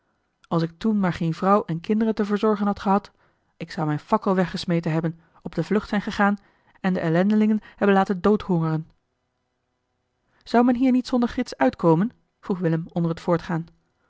als ik toen maar geene vrouw en kinderen te verzorgen had gehad ik zou mijne fakkel weggesmeten eli heimans willem roda hebben op de vlucht zijn gegaan en de ellendelingen hebben laten doodhongeren zou men hier niet zonder gids uitkomen vroeg willem onder t voortgaan